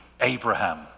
Abraham